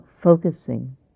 focusing